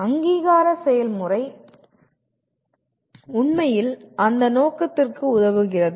அங்கீகார செயல்முறை உண்மையில் அந்த நோக்கத்திற்கு உதவுகிறது